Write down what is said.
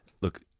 look